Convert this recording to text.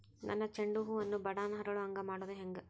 ನನ್ನ ಚಂಡ ಹೂ ಅನ್ನ ನಾನು ಬಡಾನ್ ಅರಳು ಹಾಂಗ ಮಾಡೋದು ಹ್ಯಾಂಗ್?